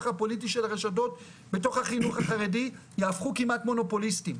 הפוליטי של הרשתות בתוך החינוך החרדי יהפכו כמעט מונופוליסטיים,